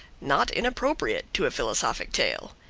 not inappropriate to a philosophic tale.